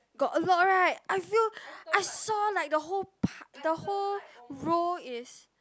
got a lot right I feel I saw like the whole park the whole row is